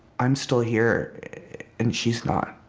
i'm still here and she's not.